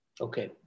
Okay